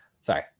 Sorry